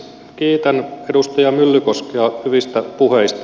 kiitän edustaja myllykoskea hyvistä puheista